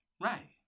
Right